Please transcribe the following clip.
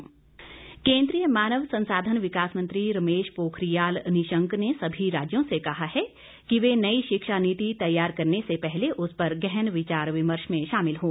रमेश पोखरियाल केंद्रीय मानव संसाधन विकास मंत्री रमेश पोखरियाल निशंक ने सभी राज्यों से कहा है कि वे नई शिक्षा नीति तैयार करने से पहले उस पर गहन विचार विमर्श में शामिल हों